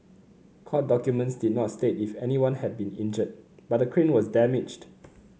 court documents did not state if anyone had been injured but the crane was damaged